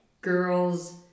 girls